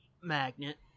magnet